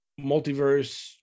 multiverse